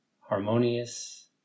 harmonious